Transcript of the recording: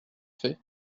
fait